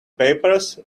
papers